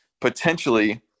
potentially